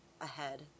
ahead